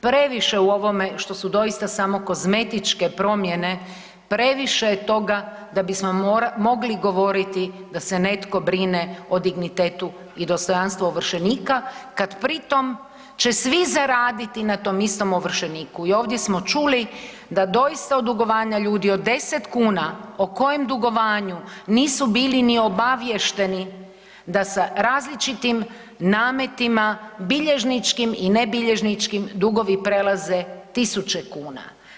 Previše u ovome što su doista samo kozmetičke promjene, previše je toga da bismo mogli govoriti da se netko brine o dignitetu i dostojanstvu ovršenika kad pritom će svi zaraditi na tom is tom ovršeniku, i ovdje smo čuli da doista od dugovanja ljudi, od 10 kn o kojem dugovanju nisu bili ni obavješteni, da sa različitim nametima, bilježničkim i ne bilježničkim, dugovi prelaze 1000 kuna.